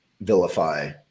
vilify